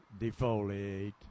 defoliate